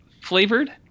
flavored